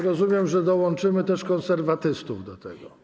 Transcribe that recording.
Rozumiem, że dołączymy też Konserwatystów do tego.